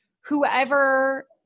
whoever